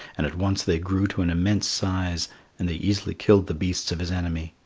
and at once they grew to an immense size and they easily killed the beasts of his enemy,